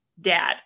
dad